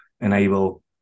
enable